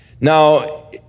Now